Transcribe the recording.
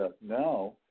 now